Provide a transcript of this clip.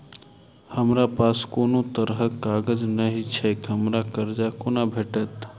हमरा पास कोनो तरहक कागज नहि छैक हमरा कर्जा कोना भेटत?